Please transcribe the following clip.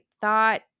thought